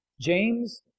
James